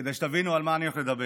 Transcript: כדי שתבינו על מה אני הולך לדבר.